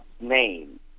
name